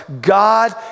God